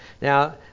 Now